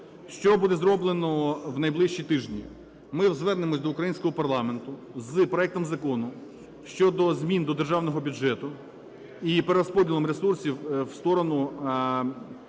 Що буде зроблено в найближчі тижні? Ми звернемося до українського парламенту з проектом закону щодо змін до Державного бюджету і перерозподілу ресурсів у сторону виплат